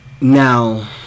Now